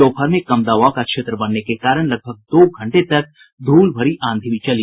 दोपहर में कम दबाव का क्षेत्र बनने के कारण लगभग दो घंटे तक धूल भरी आंधी भी चली